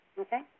Okay